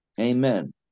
Amen